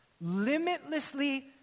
Limitlessly